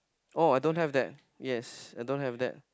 oh I don't have that yes I don't have that